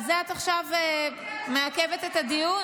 על זה את עכשיו מעכבת את הדיון?